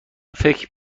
فکر